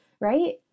right